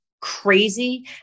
crazy